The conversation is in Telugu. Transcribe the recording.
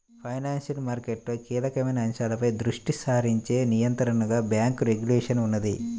ఫైనాన్షియల్ మార్కెట్లలో కీలకమైన అంశాలపై దృష్టి సారించే నియంత్రణగా బ్యేంకు రెగ్యులేషన్ ఉన్నది